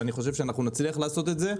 ואני חושב שנצליח לעשות את זה,